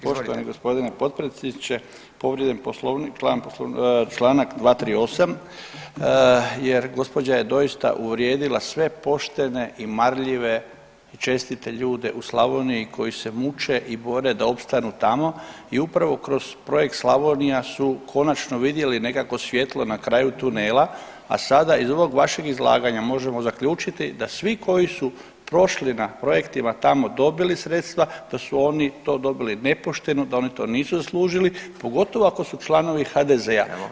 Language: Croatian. Poštovani g. potpredsjedniče, povrijeđen je čl. 238. jer gospođa je doista uvrijedila sve poštene i marljive i čestite ljude u Slavoniji koji se muče i bore da opstanu tamo i upravo kroz Projekt Slavonija su konačno vidjeli nekakvo svjetlo na kraju tunela, a sada iz ovog vašeg izlaganja možemo zaključiti da svi koji su prošli na projektima tamo i dobili sredstva da su oni to dobili nepošteno, da oni to nisu zaslužili, pogotovo ako su članovi HDZ-a.